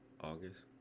August